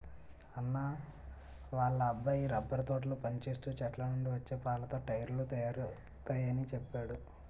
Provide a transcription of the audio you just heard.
అన్నా వాళ్ళ అబ్బాయి రబ్బరు తోటలో పనిచేస్తూ చెట్లనుండి వచ్చే పాలతో టైర్లు తయారవుతయాని చెప్పేడు